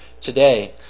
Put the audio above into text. today